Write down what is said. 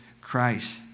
Christ